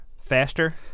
faster